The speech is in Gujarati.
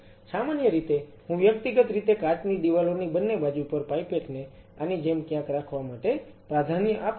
સામાન્ય રીતે હું વ્યક્તિગત રીતે કાચની દિવાલોની બંને બાજુ પર પાઇપેટ ને આની જેમ ક્યાંક રાખવા માટે પ્રાધાન્ય આપતો હતો